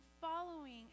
following